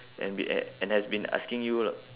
and be at and has been asking you lo~